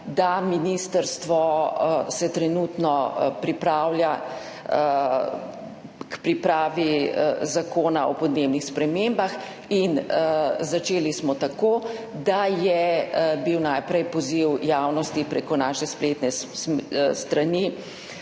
se ministrstvo trenutno pripravlja na pripravo zakona o podnebnih spremembah. Začeli smo tako, da je bil najprej dan poziv javnosti prek naše spletne strani,